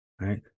Right